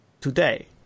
today